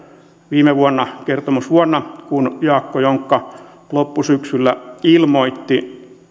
viime vuonna kertomusvuonna kun jaakko jonkka loppusyksyllä ilmoitti